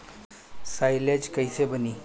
Silage कईसे बनी?